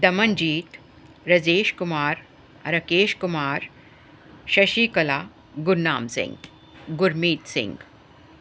Damanjit Rajesh Kumar Rakesh Kumar Shashi Kala Gurnam Singh Gurmeet Singh